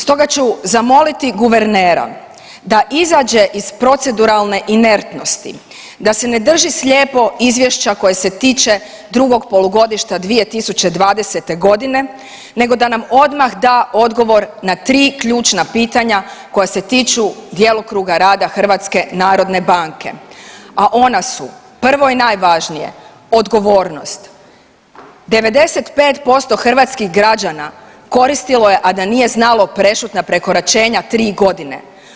Stoga ću zamoliti guvernera da izađe iz proceduralne inertnosti, da se ne drži slijepo izvješća koje se tiče drugog polugodišta 2020.g. nego da nam odmah da odgovor na tri ključna pitanja koja se tiču djelokruga rada HNB-a, a ona su prvo i najvažnije odgovornost, 95% hrvatskih građana koristilo je, a da nije znalo prešutna prekoračenja tri godine.